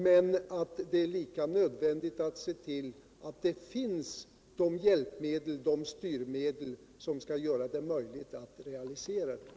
Men det är lika nödvändigt att se till att de hjälpmedel och styrmedel finns som skalt göra det möjligt att realisera planerna.